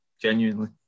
genuinely